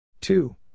Two